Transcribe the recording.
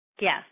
Yes